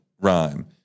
rhyme